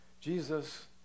Jesus